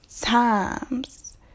times